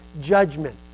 judgment